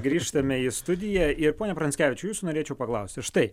grįžtame į studiją ir pone pranckevičiau jūsų norėčiau paklausti štai